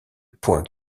point